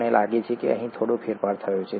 મને લાગે છે કે અહીં થોડો ફેરફાર થયો છે